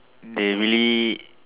they really